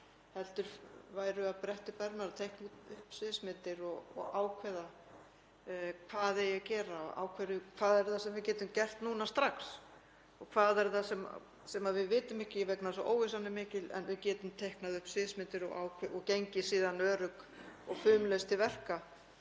heldur væru að bretta upp ermar, teikna upp sviðsmyndir og ákveða hvað ætti að gera; hvað er það sem við getum gert núna strax og hvað er það sem við vitum ekki? Óvissan er mikil en við getum teiknað upp sviðsmyndir og gengið síðan öruggt og fumlaust til verka